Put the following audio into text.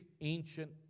ancient